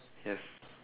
yes